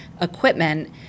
equipment